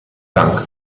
dank